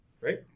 right